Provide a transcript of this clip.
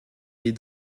des